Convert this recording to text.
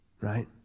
right